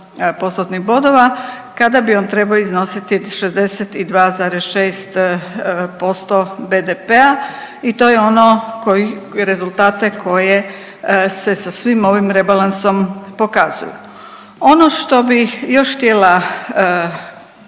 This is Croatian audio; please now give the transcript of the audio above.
5,8%-tnih bodova kada bi on trebao iznositi 62,6% BDP-a i to je ono koji, rezultate koje se sa svim ovim rebalansom pokazuju. Ono što bi još htjela pokazati